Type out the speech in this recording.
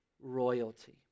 royalty